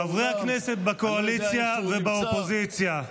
חברי הכנסת בקואליציה ובאופוזיציה,